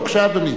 בבקשה, אדוני.